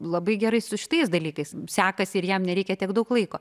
labai gerai su šitais dalykais sekasi ir jam nereikia tiek daug laiko